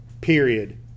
period